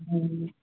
हजुर